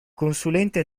consulente